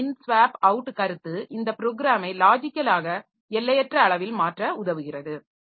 swap in swap out கருத்து இந்த ப்ரோக்கிராமை லாஜிக்கலாக எல்லையற்ற அளவில் மாற்ற உதவுகிறது